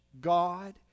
God